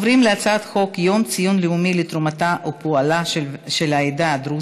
עובדת שילדה יותר מילד אחד בלידה אחת),